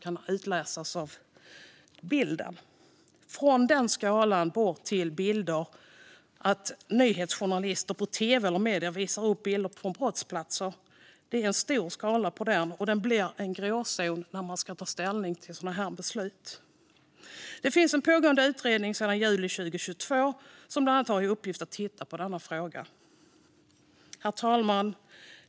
Den andra änden av skalan är att nyhetsjournalister på tv eller i medier visar upp bilder på brottsplatser. Det blir en gråzon när man ska ta ställning till sådana beslut. Det finns en pågående utredning sedan juli 2022 som bland annat har till uppgift att titta på denna fråga. Herr talman!